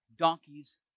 donkeys